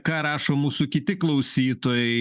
ką rašo mūsų kiti klausytojai